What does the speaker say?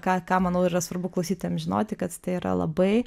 ką ką manau yra svarbu klausytojams žinoti kad tai yra labai